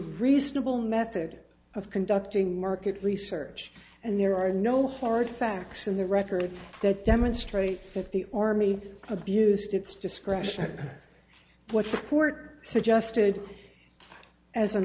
reasonable method of conducting market research and there are no hard facts in the records that demonstrate that the army abused its discretion what the court suggested as an